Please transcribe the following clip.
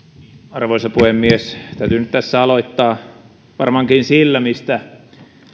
arvoisa puhemies täytyy nyt tässä aloittaa varmaankin sillä mistä